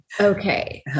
Okay